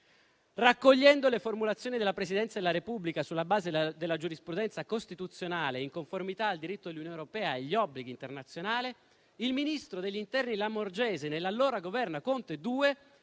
Raccogliendo le formulazioni della Presidenza della Repubblica sulla base della giurisprudenza costituzionale e in conformità al diritto dell'Unione europea e agli obblighi internazionali, il ministro dell'interno Lamorgese, nell'allora Governo Conte II,